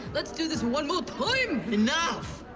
let's do this one more enough!